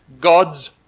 God's